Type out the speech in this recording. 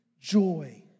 joy